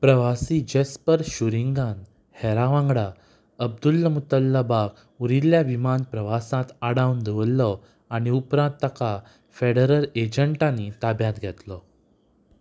प्रवासी जस्पर शुरींगान हेरा वांगडा अब्दुल्ल मुतल्लबाग उरिल्ल्या विमान प्रवासांत आडावन दवरलो आनी उपरांत ताका फेडरल एजंटांनी ताब्यात घेतलो